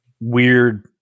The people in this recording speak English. weird